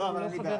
לא, אבל אני בעד.